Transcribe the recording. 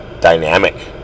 dynamic